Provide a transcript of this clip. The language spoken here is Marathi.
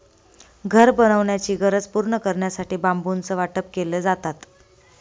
घर बनवण्याची गरज पूर्ण करण्यासाठी बांबूचं वाटप केले जातात